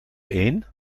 één